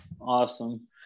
Awesome